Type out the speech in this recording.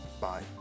Bye